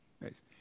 Nice